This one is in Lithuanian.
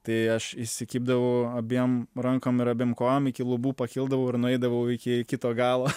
tai aš įsikibdavau abiem rankom ir abiem kojom iki lubų pakildavau ir nueidavau iki kito galo